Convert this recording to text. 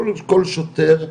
כל שוטר,